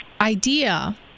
idea